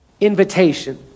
invitation